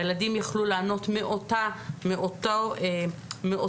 הילדים יכלו לענות מאותו סעיף,